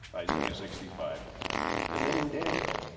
isaiah sixty five and then in daniel.